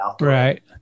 Right